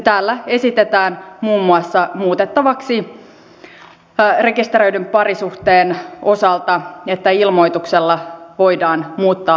täällä esitetään muun muassa muutettavaksi rekisteröidyn parisuhteen osalta että se ilmoituksella voidaan muuttaa avioliitoksi